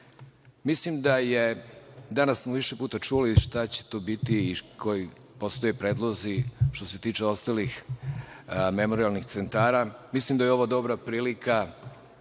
Srbije. Danas smo više puta čuli šta će to biti, postoje predlozi. Što se tiče ostalih memorijalnih centara mislim da je ovo dobra prilika